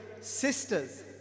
sisters